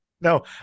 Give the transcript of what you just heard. No